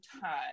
time